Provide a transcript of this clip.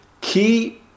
Key